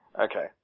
Okay